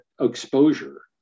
exposure